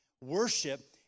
Worship